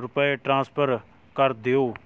ਰੁਪਏ ਟ੍ਰਾਂਸਫਰ ਕਰ ਦਿਓ